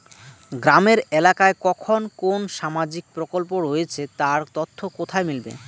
গ্রামের এলাকায় কখন কোন সামাজিক প্রকল্প রয়েছে তার তথ্য কোথায় মিলবে?